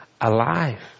alive